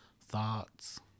thoughts